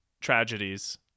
tragedies